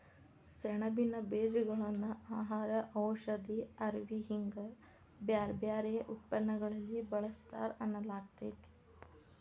ಸೆಣಬಿನ ಬೇಜಗಳನ್ನ ಆಹಾರ, ಔಷಧಿ, ಅರವಿ ಹಿಂಗ ಬ್ಯಾರ್ಬ್ಯಾರೇ ಉತ್ಪನ್ನಗಳಲ್ಲಿ ಬಳಸ್ತಾರ ಅನ್ನಲಾಗ್ತೇತಿ